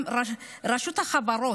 רשות החברות,